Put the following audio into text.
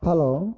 hello